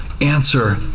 answer